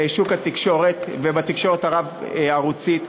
בשוק התקשורת ובתקשורת הרב-ערוצית,